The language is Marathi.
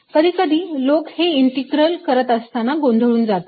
कधी कधी लोक हे इंटीग्रल करत असताना गोंधळून जातात